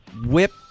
whip